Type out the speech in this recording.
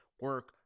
Work